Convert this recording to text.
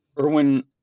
Erwin